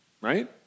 Right